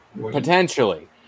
Potentially